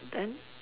then